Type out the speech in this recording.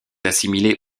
assimilé